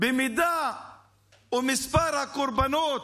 במידה שמספר הקורבנות